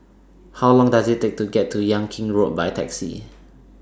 How Long Does IT Take to get to Yan Kit Road By Taxi